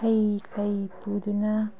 ꯍꯩ ꯂꯩ ꯄꯨꯗꯨꯅ